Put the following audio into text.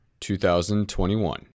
2021